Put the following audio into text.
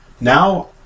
Now